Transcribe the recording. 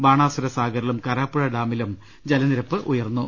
ബാണാസുരസാഗറിലും കാരാപ്പുഴ ഡാമിലും ജലനി രപ്പ് ഉയർന്നു